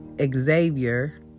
Xavier